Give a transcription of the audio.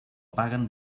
paguen